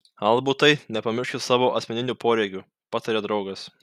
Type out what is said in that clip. albutai nepamiršk ir savo asmeninių poreikių patarė draugas